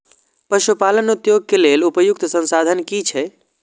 पशु पालन उद्योग के लेल उपयुक्त संसाधन की छै?